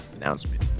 announcement